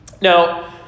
Now